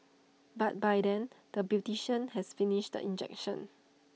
but by then the beautician has finished the injection